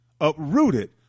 uprooted